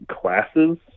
classes